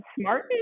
smart